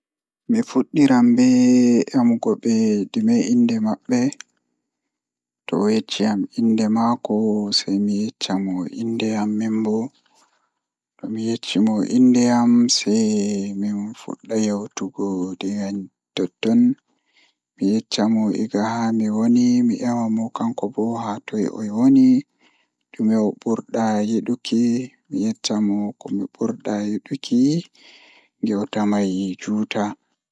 Mi fuɗɗiran be emugo ɗume innɗe maɓɓe to oyecci am innɗe mako sei mi yecca mo innɗe am, Minbo tomi yeccimo innɗe am sei min fudda yewtugo ha totton mi yecca egaa hami woni mi emamo kanko bo haatoi owoni ɗume o ɓurɗaa yiɗuki mi yecca mo komi ɓurɗaa yiɗuki ngewta mai juuta